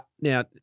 Now